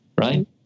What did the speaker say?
Right